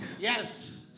yes